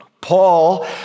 Paul